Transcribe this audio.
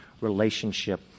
relationship